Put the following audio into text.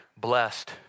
blessed